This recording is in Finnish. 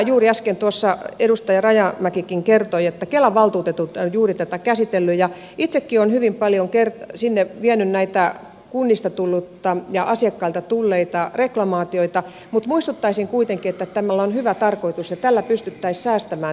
juuri äsken tuossa edustaja rajamäkikin kertoi että kelan valtuutetut ovat juuri tätä käsitelleet ja itsekin olen hyvin paljon sinne vienyt näitä kunnista tulleita ja asiakkailta tulleita reklamaatioita mutta muistuttaisin kuitenkin että tällä on hyvä tarkoitus ja näillä keskitetyillä pystyttäisiin säästämään